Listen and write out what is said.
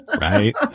Right